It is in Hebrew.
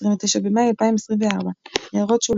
29 במאי 2024 == הערות שוליים שוליים ==